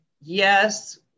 yes